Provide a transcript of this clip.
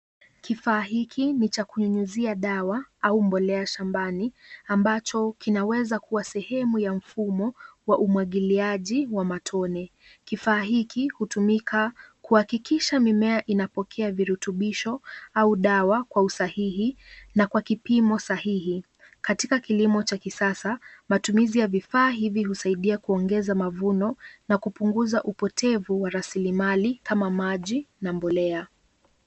Kifaa hiki ni cha kunyunyizia dawa au mbolea shambani ambacho kinaweza kuwa sehemu ya mfumo wa umwagiliaji wa matone. Kifaa hiki hutumika kuhakikisha mimea inapokea virutubisho au dawa kwa usahihi na kwa kipimo sahihi. Katika kilimo ya kisasa matumizi ya vifaa hivi husaidia kuongeza mavuno na kupunguza upotevu wa rasilimali kama maji na mbolea.